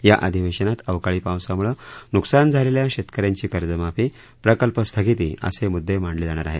या अधिवेशनात अवकाळी पावसामुळे नुकसान झालेल्या शेतक यांची कर्जमाफी प्रकल्प स्थगिती असे मुद्दे मांडले जाणार आहेत